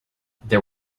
there